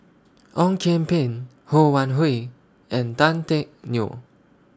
Ong Kian Peng Ho Wan Hui and Tan Teck Neo